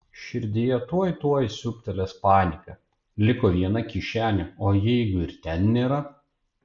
širdyje tuoj tuoj siūbtelės panika liko viena kišenė o jeigu ir ten nėra